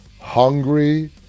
hungry